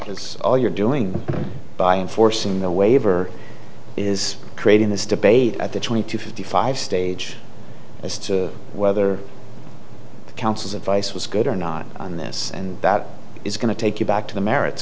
because all you're doing by enforcing the waiver is creating this debate at the twenty to fifty five stage as to whether the counsel's advice was good or not on this and that is going to take you back to the merits